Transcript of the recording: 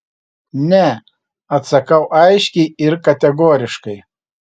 ne atsakau aiškiai ir kategoriškai